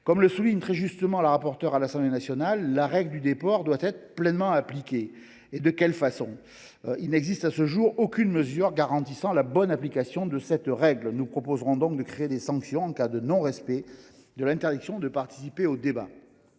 Comme l’a souligné très justement la rapporteure à l’Assemblée nationale, « la règle du déport doit être pleinement appliquée ». Mais de quelle façon ? Il n’existe à ce jour aucune mesure garantissant la bonne application de cette règle. Nous proposerons donc de créer des sanctions en cas de non respect de l’interdiction de participer aux débats.